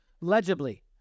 legibly